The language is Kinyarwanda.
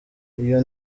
iyo